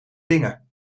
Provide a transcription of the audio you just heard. dingen